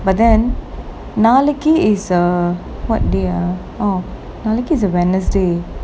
but then நாளைக்கி:naalaikki is a what day ah oh நாளைக்கி:naalaikki is a wednesday